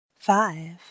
Five